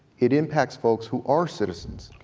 it impacts folks who are citizens.